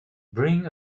bring